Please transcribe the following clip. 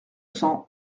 cents